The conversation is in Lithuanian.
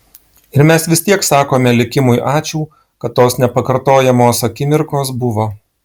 ir mes vis tiek sakome likimui ačiū kad tos nepakartojamos akimirkos buvo